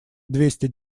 двести